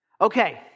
Okay